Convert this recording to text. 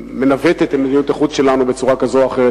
שמנווטת את מדיניות החוץ שלנו בצורה כזו או אחרת,